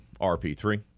RP3